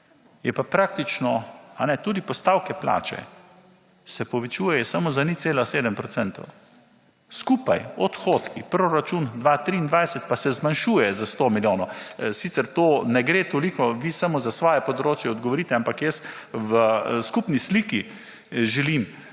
je pa praktično tudi postavke plače se povečujejo samo za 0,7 %. Skupaj odhodki proračun 2023 pa se zmanjšuje za 100 milijonov. Sicer to ne gre toliko vi samo za svoje področje odgovorite, ampak jaz v skupni sliki želim